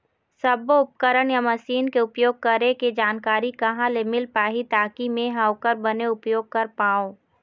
सब्बो उपकरण या मशीन के उपयोग करें के जानकारी कहा ले मील पाही ताकि मे हा ओकर बने उपयोग कर पाओ?